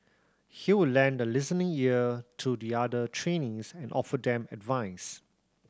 he would lend a listening ear to the other trainees and offer them advice